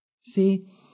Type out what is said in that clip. See